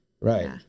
right